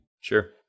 Sure